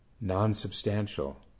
non-substantial